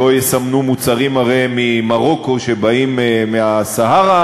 הרי לא יסמנו מוצרים ממרוקו שבאים מהסהרה,